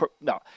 no